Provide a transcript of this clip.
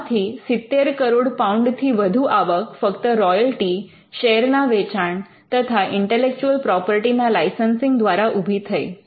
આમાંથી 70 કરોડ પાઉન્ડથી વધુ આવક ફક્ત રોયલ્ટી શેર ના વેચાણ તથા ઇન્ટેલેક્ચુઅલ પ્રોપર્ટી ના લાઇસન્સિંગ દ્વારા ઉભી થઇ